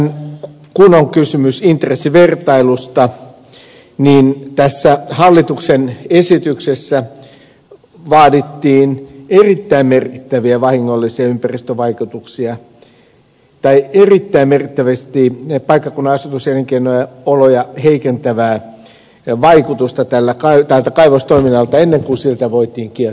kun on kysymys intressivertailusta niin tässä hallituksen esityksessä vaadittiin erittäin merkittäviä vahingollisia ympäristövaikutuksia tai erittäin merkittävästi paikkakunnan asutus ja elinkeino oloja heikentävää vaikutusta tältä kaivostoiminnalta ennen kuin siltä voitiin kieltää ympäristölupa